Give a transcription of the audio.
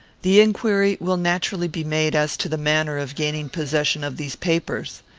the inquiry will naturally be made as to the manner of gaining possession of these papers.